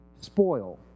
spoil